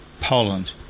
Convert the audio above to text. Poland